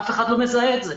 אף אחד לא מזהה את זה.